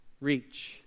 reach